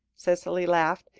cicely laughed,